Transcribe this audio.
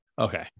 Okay